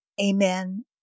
Amen